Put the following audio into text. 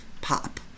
pop